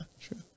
True